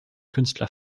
künstler